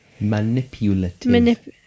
Manipulative